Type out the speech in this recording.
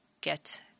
get